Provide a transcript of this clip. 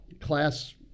class